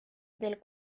del